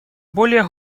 более